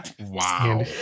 Wow